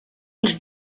els